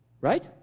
right